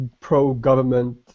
pro-government